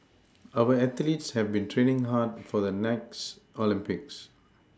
our athletes have been training hard for the next Olympics